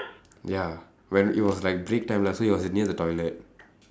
ya when it was like breaktime lah so he was like near the toilet